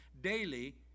daily